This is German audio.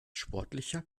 sportlicher